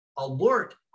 alert